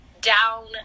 down